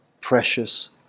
precious